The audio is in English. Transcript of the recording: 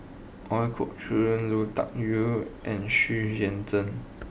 Ooi Kok Chuen Lui Tuck Yew and Xu Yuan Zhen